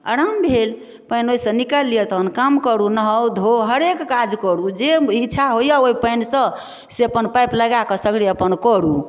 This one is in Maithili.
आराम भेल पानि ओहिसँ निकालि लिअ तहन काम करू नहाउ धोउ हरेक काज करू जे ईच्छा होइया ओहि पानिसँ से अपन पाइप लगाए कऽ सगरे अपन करू